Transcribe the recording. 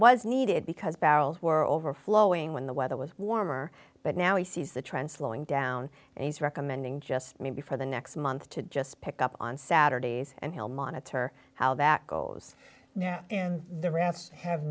was needed because barrels were overflowing when the weather was warmer but now he sees the trends lowing down and he's recommending just maybe for the next month to just pick up on saturdays and he'll monitor how that goes now and the rats have